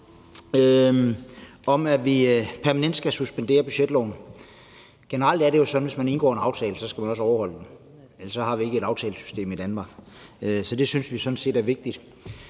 om, at vi permanent skal suspendere budgetloven. Generelt er det jo sådan, at hvis man indgår en aftale, skal man også overholde den, for ellers har vi ikke et aftalesystem i Danmark. Det synes vi sådan set er vigtigt.